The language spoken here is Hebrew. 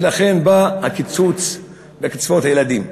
ולכן בא הקיצוץ של קצבאות הילדים.